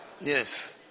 Yes